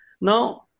Now